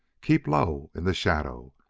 keep low in the shadow!